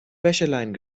wäscheleinen